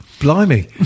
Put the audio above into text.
Blimey